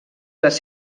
les